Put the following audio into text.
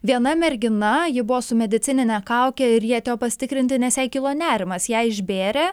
viena mergina ji buvo su medicinine kauke ir ji atėjo pasitikrinti nes jai kilo nerimas ją išbėrė